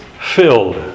filled